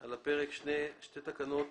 על הפרק שתי תקנות